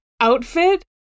outfit